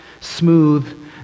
smooth